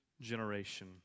generation